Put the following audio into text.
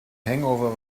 hangover